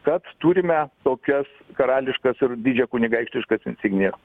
kad turime tokias karališkas ir didžiakunigaikštiškas insignijas